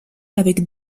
avec